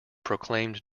proclaimed